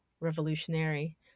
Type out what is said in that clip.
revolutionary